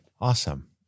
Awesome